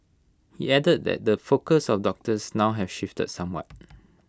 he added that the focus of doctors now have shifted somewhat